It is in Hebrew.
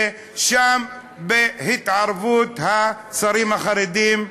ושם, בהתערבות השרים החרדים,